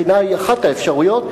בחינה היא אחת האפשרויות,